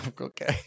Okay